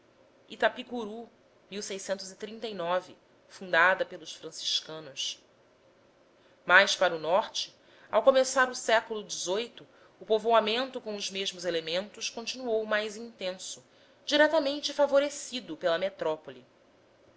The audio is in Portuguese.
e o fundada pelos franciscanos mais para o norte ao começar o século xviii o povoamento com os mesmos elementos continuou mais intenso diretamente favorecido pela metrópole